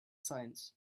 science